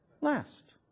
Last